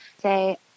say